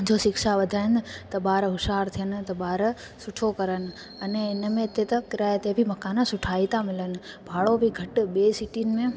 पंहिंजो शिक्षा वधाइनि त ॿार होशियारु थियनि त ॿार सुठो करनि अने हिन में हिते त किराए ते बि मकान सुठा ई था मिलनि भाड़ो बि घटि ॿिए सिटियुनि में